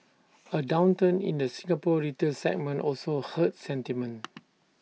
A downturn in the Singapore retail segment also hurt sentiment